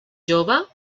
jove